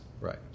Right